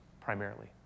primarily